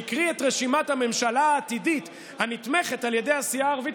שהקריא את רשימת הממשלה העתידית הנתמכת על ידי הסיעה הערבית